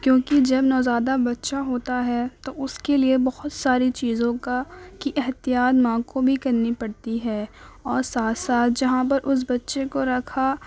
کیونکہ جب نوزائیدہ بچہ ہوتا ہے تو اس کے لیے بہت ساری چیزوں کا کی احتیاط ماں کو بھی کرنی پڑتی ہے اور ساتھ ساتھ جہاں پر اس بچے کو رکھا